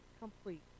Complete